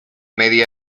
media